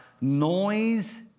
Noise